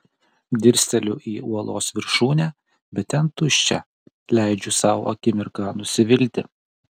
dirsteliu į uolos viršūnę bet ten tuščia leidžiu sau akimirką nusivilti